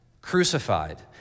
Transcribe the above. crucified